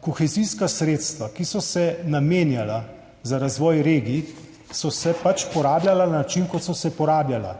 Kohezijska sredstva, ki so se namenjala za razvoj regij, so se pač porabljala na način, kot so se porabljala.